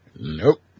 nope